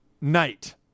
night